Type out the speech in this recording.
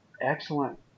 excellent